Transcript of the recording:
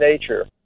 nature